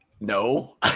No